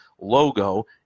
logo